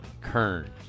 Kern